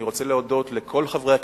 אני רוצה להודות לכל חברי הכנסת,